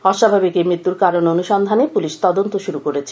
অস্বাভাবিক এই মৃত্যুর কারণ অনুসন্ধানে পুলিশী তদন্ত শুরু হয়েছে